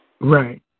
Right